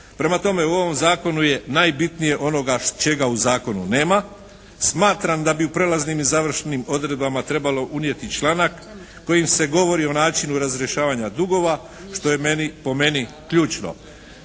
Prema tome, u ovom zakonu je najbitnije onoga čega u zakonu nema. Smatram da bi u prelaznim i završnim odredbama trebalo unijeti članak kojim se govori o načinu razrješavanja dugova što je meni, po meni ključno.